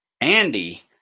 Andy